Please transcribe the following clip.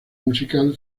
musical